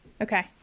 okay